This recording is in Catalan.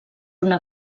una